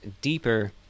deeper